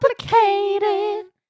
complicated